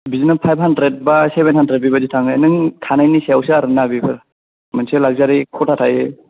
बिदिनो five hundred बा seven hundred बिबायदि थाङो नों थानायनि सायावसो आरोना बेफोर मोनसे लाकजारि खथा थायो